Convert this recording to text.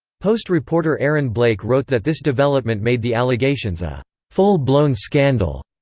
post reporter aaron blake wrote that this development made the allegations a full-blown scandal.